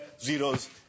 zeros